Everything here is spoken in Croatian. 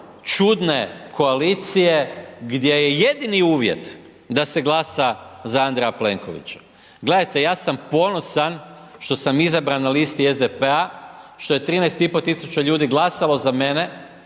čudne koalicije gdje je jedini uvjet da se glasa za Andreja Plenkovića. Gledajte, ja sam ponosan što sam izabran na listi SDP-a, što je 13500 ljudi glasalo za mene